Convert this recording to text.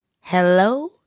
Hello